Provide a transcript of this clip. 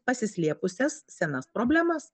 pasislėpusias senas problemas